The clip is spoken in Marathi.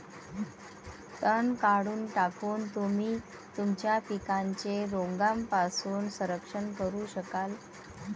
तण काढून टाकून, तुम्ही तुमच्या पिकांचे रोगांपासून संरक्षण करू शकाल